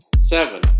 seven